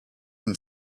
and